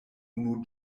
unu